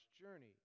journey